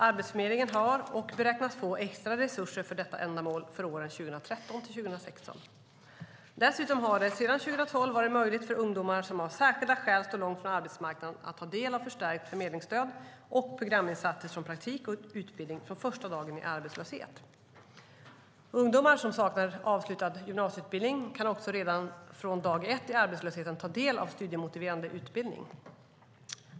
Arbetsförmedlingen har och beräknas få extra resurser för detta ändamål för åren 2013 till 2016. Dessutom har det sedan 2012 varit möjligt för ungdomar som av särskilda skäl står långt från arbetsmarknaden att ta del av förstärkt förmedlingsstöd och programinsatser som praktik och utbildning från första dagen i arbetslöshet. Ungdomar som saknar avslutad gymnasieutbildning kan redan från dag ett i arbetslösheten ta del av studiemotiverande utbildning.